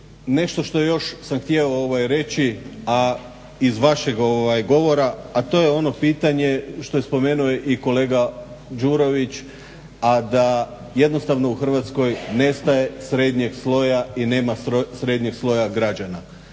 nešto što sam još htio reći a iz vašeg govora, a to je ono pitanje što je spomenuo i kolega Đurović, a da jednostavno u Hrvatskoj nestaje srednjeg sloja i nema srednjeg sloja građana.